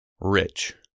rich